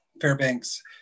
Fairbanks